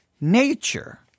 nature